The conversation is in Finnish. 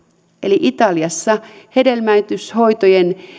eli italiassa hedelmöityshoitojen